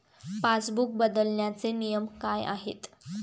Passbook बदलण्याचे नियम काय आहेत?